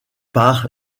par